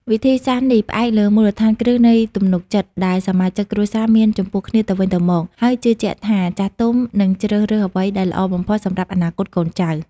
វិធីសាស្រ្តនេះផ្អែកលើមូលដ្ឋានគ្រឹះនៃទំនុកចិត្តដែលសមាជិកគ្រួសារមានចំពោះគ្នាទៅវិញទៅមក ដោយជឿជាក់ថាចាស់ទុំនឹងជ្រើសរើសអ្វីដែលល្អបំផុតសម្រាប់អនាគតកូនចៅ។